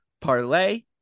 parlay